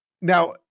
Now